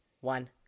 one